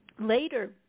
Later